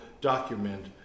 document